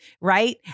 right